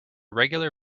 regular